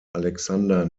alexander